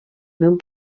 mewn